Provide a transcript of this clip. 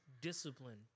discipline